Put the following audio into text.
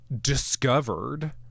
discovered